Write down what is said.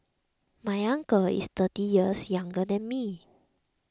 my uncle is thirty years younger than me